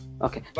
Okay